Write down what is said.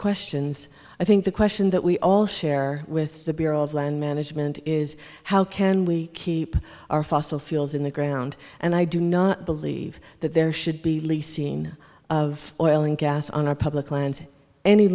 questions i think the question that we all share with the bureau of land management is how can we keep our fossil fuels in the ground and i do not believe that there should be leasing of oil and gas on our public lands any